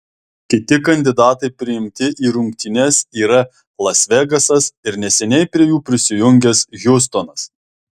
kiti kandidatai priimti į rungtynes yra las vegasas ir neseniai prie jų prisijungęs hjustonas